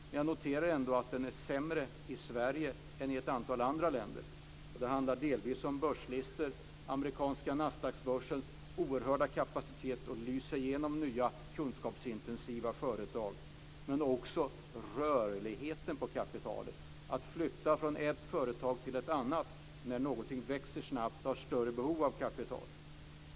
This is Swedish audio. Men jag noterar ändå att den är sämre i Sverige än i ett antal andra länder. Och det handlar delvis om börslistor, amerikanska Nasdaqsbörsens oerhörda kapacitet att lysa igenom nya kunskapsintensiva företag, men också om rörligheten på kapitalet, att flytta från ett företag till ett annat när någonting växer snabbt och har större behov av kapital.